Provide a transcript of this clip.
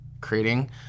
creating